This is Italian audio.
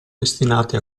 destinati